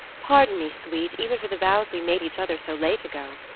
pardon me, sweet, even for the vows we made each other so late ago.